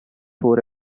four